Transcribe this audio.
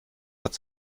hat